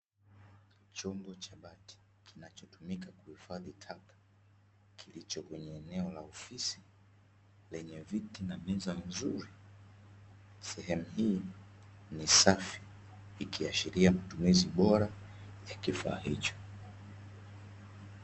Chombo cha bati kinachotumika kuhifadhi taka, kilicho kwenye eneo la ofisi lenye miti na meza nzuri. Sehemu hii ni safi ikiashiria matumizi bora ya kifaa hicho.